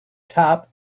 top